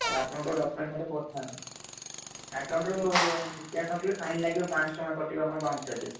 ଆଉ ଆପଣଙ୍କ ଡକ୍ୟୁମେଣ୍ଟ ମୋତେ ପଠାନ୍ତୁ ଆକାଉଣ୍ଟରୁ କ୍ୟାସ୍ ନଥିଲେ ଫାଇନ୍ ଲାଗିବ ପାଞ୍ଚ ଶହ ଟଙ୍କା କଟିବ ଆପଣଙ୍କ ବାଉନ୍ସ ଚାର୍ଜେସ୍